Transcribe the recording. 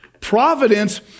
Providence